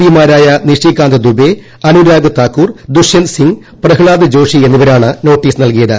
P മാരായ നിഷികാന്ത് ദുബെ അനുരാഗ് താക്കൂർ ദുഷ്യന്ത് സിംഗ് പ്രഹ്താദ് ജോഷി എന്നിവരാണ് notice നൽകിയത്